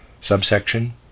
Subsection